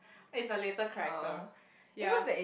it's a literal character ya